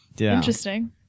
Interesting